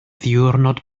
ddiwrnod